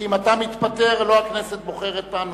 כי אם אתה מתפטר לא הכנסת בוחרת פעם נוספת.